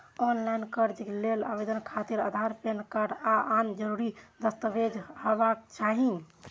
ऑनलॉन कर्ज लेल आवेदन खातिर आधार, पैन कार्ड आ आन जरूरी दस्तावेज हेबाक चाही